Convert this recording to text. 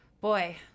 boy